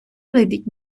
видить